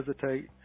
hesitate